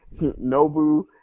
Nobu